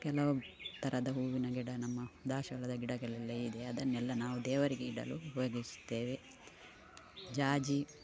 ಕೆಲವು ಥರದ ಹೂವಿನ ಗಿಡ ನಮ್ಮ ದಾಸ್ವಾಳದ ಗಿಡಗಳೆಲ್ಲ ಇದೆ ಅದನ್ನೆಲ್ಲ ನಾವು ದೇವರಿಗೆ ಇಡಲು ಉಪಯೋಗಿಸುತ್ತೇವೆ ಜಾಜಿ